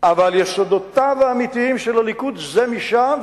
אבל יסודותיו האמיתיים של הליכוד הם משם,